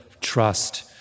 trust